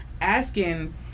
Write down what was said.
asking